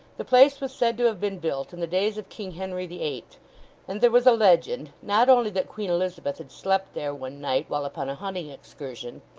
the place was said to have been built in the days of king henry the eighth and there was a legend, not only that queen elizabeth had slept there one night while upon a hunting excursion,